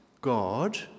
God